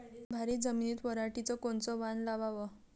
भारी जमिनीत पराटीचं कोनचं वान लावाव?